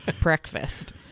breakfast